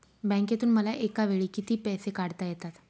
बँकेतून मला एकावेळी किती पैसे काढता येतात?